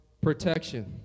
Protection